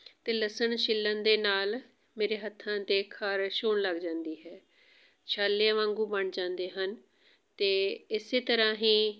ਅਤੇ ਲਸਣ ਛਿੱਲਣ ਦੇ ਨਾਲ ਮੇਰੇ ਹੱਥਾਂ 'ਤੇ ਖਾਰਸ਼ ਹੋਣ ਲੱਗ ਜਾਂਦੀ ਹੈ ਛਾਲਿਆਂ ਵਾਂਗੂ ਬਣ ਜਾਂਦੇ ਹਨ ਅਤੇ ਇਸ ਤਰ੍ਹਾਂ ਹੀ